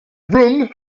room